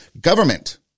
government